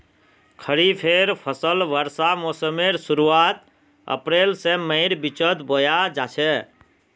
खरिफेर फसल वर्षा मोसमेर शुरुआत अप्रैल से मईर बिचोत बोया जाछे